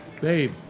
babe